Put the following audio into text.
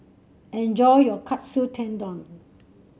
enjoy your Katsu Tendon